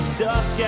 duck